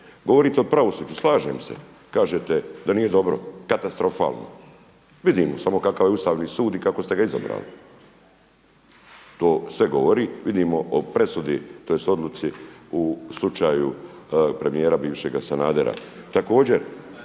Govorite o pravosuđu, slažem se, kažete da nije dobro, katastrofalno. Vidimo samo kakav je Ustavni sud i kako ste ga izabrali to sve govori, vidimo o presudi tj. odluci u slučaju premijera bivšega Sanadera.